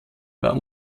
war